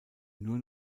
nur